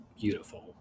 beautiful